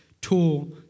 tool